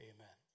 Amen